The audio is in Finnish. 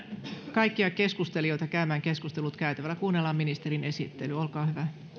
kaikkia keskustelijoita käymään keskustelut käytävällä kuunnellaan ministerin esittely olkaa hyvä